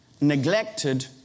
neglected